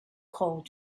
called